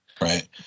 right